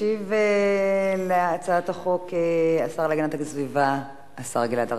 ישיב על הצעת החוק השר להגנת הסביבה גלעד ארדן.